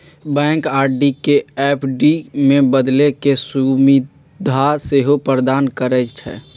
bank RD के FD में बदले के सुभीधा सेहो प्रदान करइ छइ